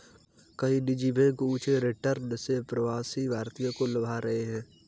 कई निजी बैंक ऊंचे रिटर्न से प्रवासी भारतीयों को लुभा रहे हैं